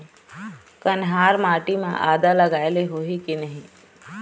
कन्हार माटी म आदा लगाए ले होही की नहीं?